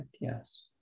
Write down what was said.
yes